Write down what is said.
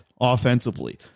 offensively